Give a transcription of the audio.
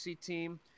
team